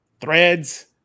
Threads